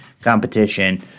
competition